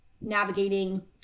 navigating